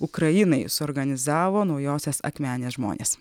ukrainai suorganizavo naujosios akmenės žmonės